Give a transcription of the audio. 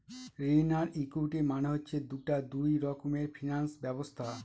ঋণ আর ইকুইটি মানে হচ্ছে দুটা দুই রকমের ফিনান্স ব্যবস্থা